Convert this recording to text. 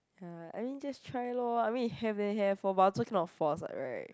ya I mean just try loh I mean if have then have but also cannot force what right